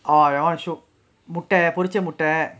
oh that [one] முட்ட பொரிச்சா முட்ட:mutta porichcha mutta